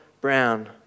Brown